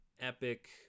epic